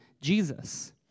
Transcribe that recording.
Jesus